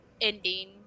ending